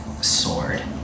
sword